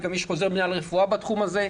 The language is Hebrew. גם יש חוזר מינהל רפואה בתחום הזה.